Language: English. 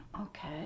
okay